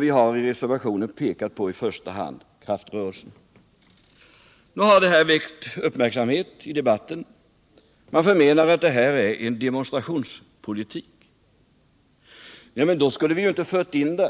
Vi har i reservationen pekat på i första hand kraftrörelserna. Nu har detta väckt uppmärksamhet i debatten, och man förmenar att detta är en demonstrationspolitik. Men då skulle vi inte ha fört in den.